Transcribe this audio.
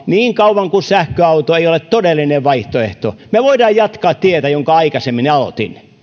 niin kauan kuin sähköauto ei ole todellinen vaihtoehto me voimme jatkaa tietä jonka aikaisemmin aloitin